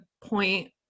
point